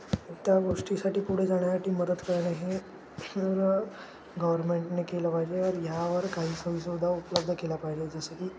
त्या गोष्टीसाठी पुढे जाण्यासाठी मदत करायला हे जरा गव्हर्मेंटने केलं पाहिजे ह्यावर काही सोयीसुद्धा उपलब्ध केला पाहिजे जसं की